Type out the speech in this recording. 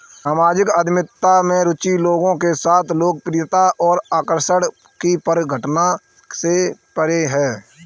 सामाजिक उद्यमिता में रुचि लोगों के साथ लोकप्रियता और आकर्षण की परिघटना से परे है